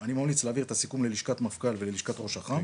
אני ממליץ להעביר את הסיכום ללשכת מפכ"ל וללשכת ראש אח"מ,